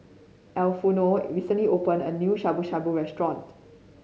Arnulfo recently opened a new Shabu Shabu Restaurant